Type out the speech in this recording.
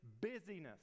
busyness